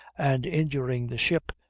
and injuring the ship,